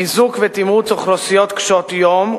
חיזוק ותמרוץ אוכלוסיות קשות-יום,